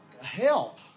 help